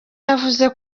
yavuze